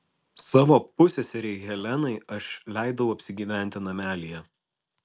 savo pusseserei helenai aš leidau apsigyventi namelyje